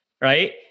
right